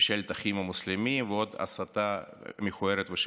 ממשלת האחים המוסלמים ועוד הסתה מכוערת ושקרית.